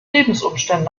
lebensumstände